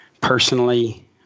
personally